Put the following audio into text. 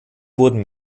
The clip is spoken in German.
wurden